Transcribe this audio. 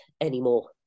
anymore